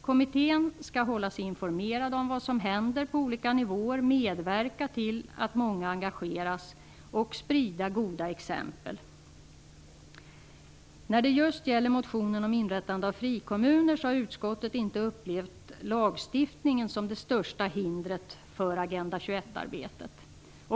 Kommittén skall hålla sig informerad om vad som händer på olika nivåer, medverka till att många engageras och sprida goda exempel. När det gäller motionen om inrättande av frikommuner vill jag säga att utskottet inte har upplevt lagstiftningen som det största hindret för Agenda 21 arbetet.